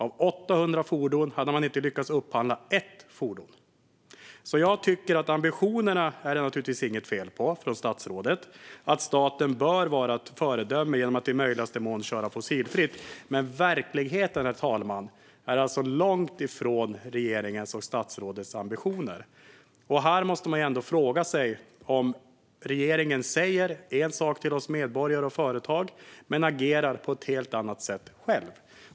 Av 800 fordon hade man inte lyckats upphandla ett sådant fordon. Det är naturligtvis inget fel på ambitionerna från statsrådet: att staten bör vara ett föredöme genom att i möjligaste mån köra fossilfritt. Men verkligheten, herr talman, är långt ifrån regeringens och statsrådets ambitioner. Här måste man ändå fråga sig om regeringen säger en sak till oss medborgare och till företag men agerar på ett helt annat sätt själv.